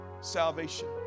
salvation